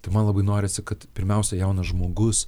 tai man labai norisi kad pirmiausia jaunas žmogus